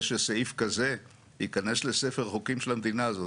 שסעיף כזה ייכנס לספר החוקים של המדינה הזאת.